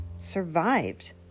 survived